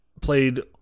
played